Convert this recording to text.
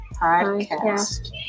Podcast